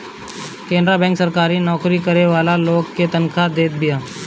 Canara bank सरकारी नोकरी करे वाला लोग के तनखा देत बिया